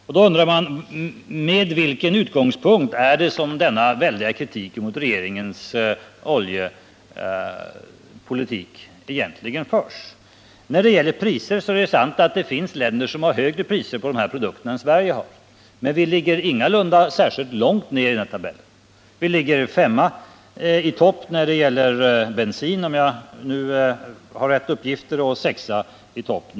Man undrar från vilken utgångspunkt denna väldiga kritik mot regeringens oljepolitik egentligen förs. Det är sant att det finns länder som har högre priser på dessa produkter än Sverige, men vi ligger ingalunda särskilt långt ner i tabellen. Om jag är rätt underrättad ligger vi på femte plats i fråga om bensin och på sjätte plats i fråga om olja.